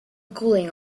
cooling